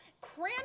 cram